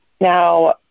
Now